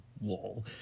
wall